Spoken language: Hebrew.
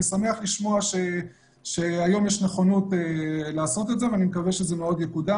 שמח לשמוע שהיום יש נכונות לעשות את זה ואני מקווה שזה יקודם.